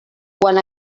quan